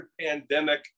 pandemic